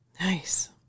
Nice